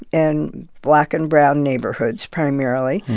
and black and brown neighborhoods primarily,